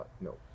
No